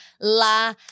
La